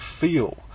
feel